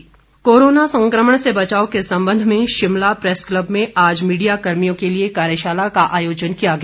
press club corona संकमण से बचाव के संबंध में शिमला प्रैस क्लब में आज मीडिया कर्मियों के लिए कार्यशाला का आयोजन किया गया